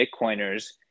Bitcoiners